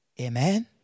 Amen